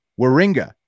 waringa